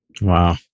Wow